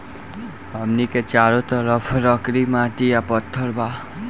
हमनी के चारो तरफ लकड़ी माटी आ पत्थर बा